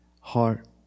heart